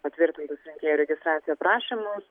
patvirtintus rinkėjų registracijų prašymus